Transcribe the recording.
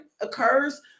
occurs